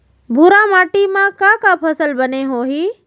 भूरा माटी मा का का फसल बने होही?